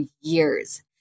years